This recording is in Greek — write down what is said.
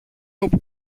όπου